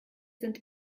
sind